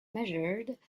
measured